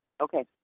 Okay